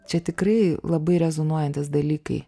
čia tikrai labai rezonuojantys dalykai